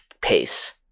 pace